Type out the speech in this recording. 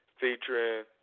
featuring